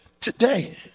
Today